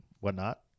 whatnot